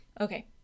Okay